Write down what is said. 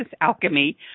alchemy